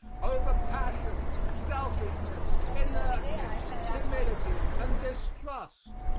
over passion, selfishness, inertness, timidity, and distrust.